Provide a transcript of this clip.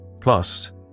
Plus